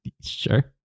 Sure